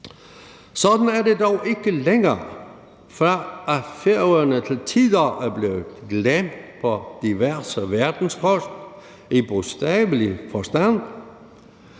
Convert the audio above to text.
Sådan er det dog ikke længere. Færøerne er til tider blevet glemt af diverse verdens folk i bogstavelig forstand,